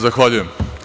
Zahvaljujem.